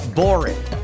boring